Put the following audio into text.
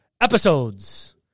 episodes